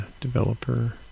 developer